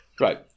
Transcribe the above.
right